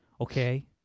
okay